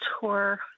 tour